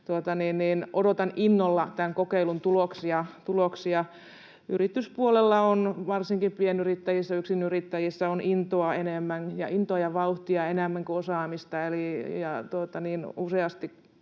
odotan innolla tämän kokeilun tuloksia. Yrityspuolella on varsinkin pienyrittäjissä ja yksinyrittäjissä intoa ja vauhtia enemmän kuin osaamista,